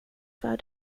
för